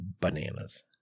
bananas